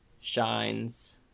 shines